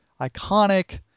iconic